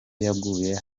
yaguye